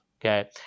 Okay